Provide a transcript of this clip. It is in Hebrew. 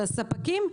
של הספקים,